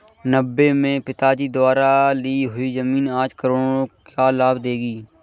नब्बे में पिताजी द्वारा ली हुई जमीन आज करोड़ों का लाभ देगी